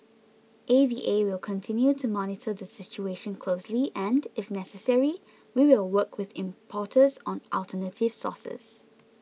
A V A will continue to monitor the situation closely and if necessary we will work with importers on alternative sources